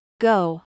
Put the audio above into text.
Go